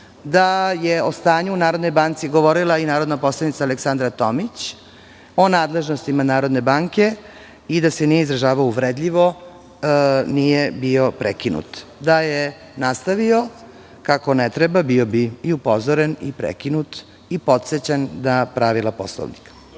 da je o stanju u Narodnoj banci govorila i narodna poslanica Aleksandra Tomić, o nadležnostima Narodne banke i da se nije izražavao uvredljivo, nije bio prekinut. Da je nastavio kako ne treba, bio bi i upozoren i prekinut i podsećan na pravila Poslovnika.(Zoran